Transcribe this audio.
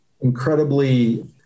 incredibly